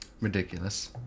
Ridiculous